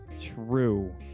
true